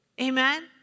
Amen